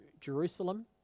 Jerusalem